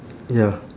ya